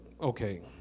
okay